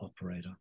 operator